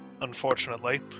Unfortunately